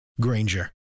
Granger